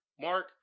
mark